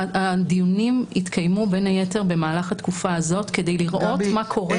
הדיונים התקיימו בין היתר במהלך התקופה הזאת כדי לראות מה קורה.